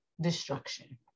Destruction